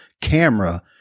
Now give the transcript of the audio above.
camera